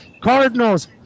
Cardinals